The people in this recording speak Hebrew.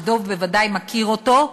שדב בוודאי מכיר אותו,